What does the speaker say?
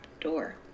door